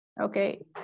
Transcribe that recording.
okay